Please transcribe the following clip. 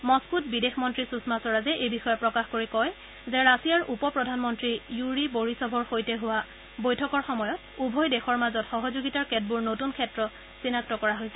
মস্কোত বিদেশ মন্ত্ৰী সুষমা স্বৰাজে এই বিষয়ে প্ৰকাশ কৰি কয় যে ৰাছিয়াৰ উপ প্ৰধানমন্ত্ৰী য়ুৰি বৰিছভৰ সৈতে হোৱা বৈঠকৰ সময়ত উভয় দেশৰ মাজত সহযোগিতাৰ কেতবোৰ নতুন ক্ষেত্ৰ চিনাক্ত কৰা হৈছে